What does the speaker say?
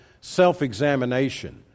self-examination